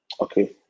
okay